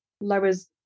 lowers